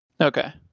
Okay